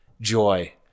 joy